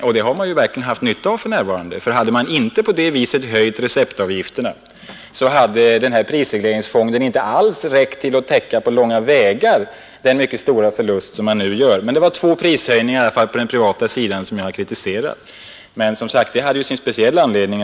Man har också verkligen i nuvarande läge haft nytta av detta, ty om receptavgifterna inte på detta sätt hade höjts, hade prisregleringsfonden inte på långa vägar räckt till för att täcka den stora förlust som bolaget gör. Jag har alltså kritiserat två prishöjningar på den privata sidan, även om detta hade sin speciella anledning.